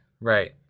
Right